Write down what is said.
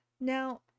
Now